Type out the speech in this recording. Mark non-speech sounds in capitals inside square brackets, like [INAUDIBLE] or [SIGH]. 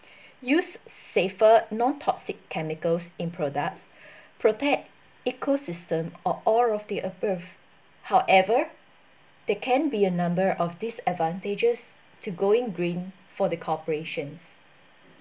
[BREATH] use safer non toxic chemicals in products [BREATH] protect ecosystem or all of the above however they can be a number of disadvantages to going green for the corporations